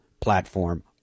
platform